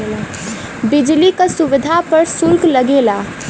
बिजली क सुविधा पर सुल्क लगेला